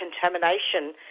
contamination